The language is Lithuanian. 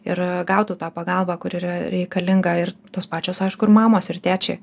ir gautų tą pagalbą kuri yra reikalinga ir tos pačios aišku ir mamos ir tėčiai